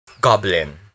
Goblin